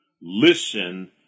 Listen